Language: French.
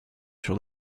sur